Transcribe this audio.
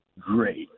great